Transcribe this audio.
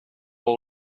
will